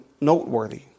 noteworthy